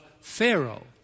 Pharaoh